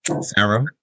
Sarah